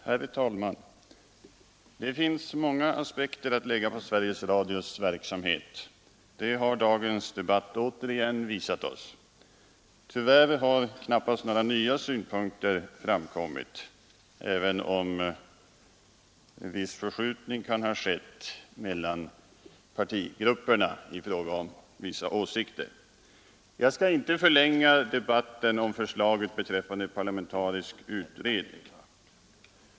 Herr talman! Det finns många aspekter att lägga på Sveriges Radios verksamhet — det har dagens debatt återigen visat oss. Tyvärr har knappast några nya synpunkter framkommit även om en förskjutning har skett mellan partigrupperna i fråga om vissa åsikter. Jag skall inte förlänga debatten om förslaget beträffande en parlamentarisk utredning.